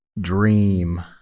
Dream